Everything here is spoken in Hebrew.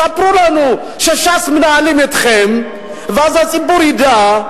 ספרו לנו שש"ס מנהלים אתכם, ואז הציבור ידע.